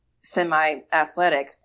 semi-athletic